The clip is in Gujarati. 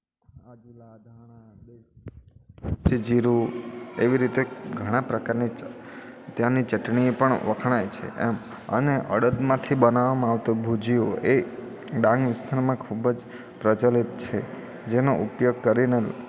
આદિલા ધાણા પછી જીરું એવી રીતે ઘણા પ્રકારની ત્યાંની ચટણી પણ વખણાય છે એમ અને અડદમાંથી બનાવામાં આવતું ભુજીયું એ ડાંગ વિસ્તારમાં ખૂબ જ પ્રચલિત છે જેનો ઉપયોગ કરીને